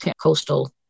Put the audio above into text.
coastal